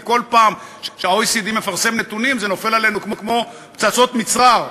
כי כל פעם שה-OECD מפרסם נתונים זה נופל עלינו כמו פצצות מצרר,